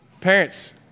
Parents